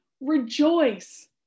rejoice